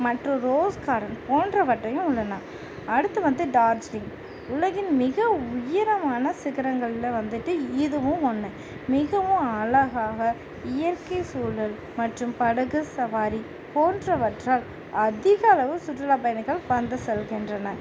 மற்றும் rose garden போன்றவற்றையும் உள்ளன அடுத்து வந்து டார்ஜ்லிங் உலகின் மிக உயரமான சிகரங்களில் வந்துட்டு இதுவும் ஒன்று மிகவும் அழகாக இயற்கை சூழல் மற்றும் படகு சவாரி போன்றவற்றால் அதிக அளவு சுற்றுலா பயணிகள் வந்து செல்கின்றனர்